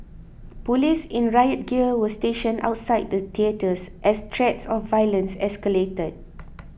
police in riot gear were stationed outside the theatres as threats of violence escalated